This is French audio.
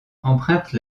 empruntent